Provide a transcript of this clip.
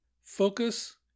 Focus